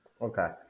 Okay